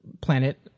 planet